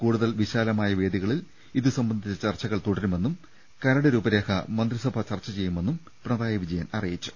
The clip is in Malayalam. കൂടുതൽ വിശാലമായ വേദികളിൽ ഇതുസംബന്ധിച്ച ചർച്ചകൾ തുടരു മെന്നും കരട് രൂപരേഖ മന്ത്രിസഭ ചർച്ച ചെയ്യുമെന്നും മുഖ്യമന്ത്രി അറി യിച്ചു